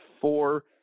four